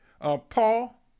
paul